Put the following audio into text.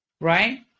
right